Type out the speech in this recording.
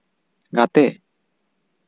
ᱜᱟᱛᱮ